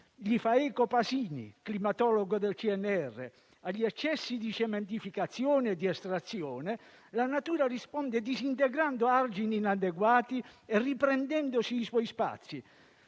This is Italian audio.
ricerche, che dice che, agli eccessi di cementificazione e di estrazione, la natura risponde disintegrando argini inadeguati e riprendendosi i suoi spazi.